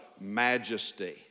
majesty